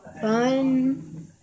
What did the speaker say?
fun